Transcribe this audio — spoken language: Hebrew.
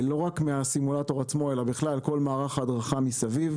לראות לא רק מהסימולטור עצמו אלא בכלל את כל מערך ההדרכה מסביב.